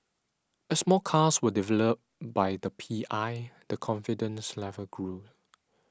as more cars were delivered by the P I the confidence level grew